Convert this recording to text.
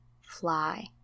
fly